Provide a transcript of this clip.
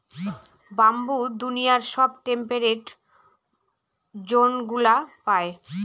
bamboo দুনিয়ার সব temperate জোনগুলা পায়